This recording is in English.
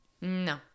No